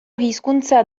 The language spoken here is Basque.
hizkuntza